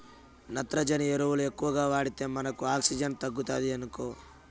నత్రజని ఎరువులు ఎక్కువగా వాడితే మనకు ఆక్సిజన్ తగ్గుతాది ఇనుకో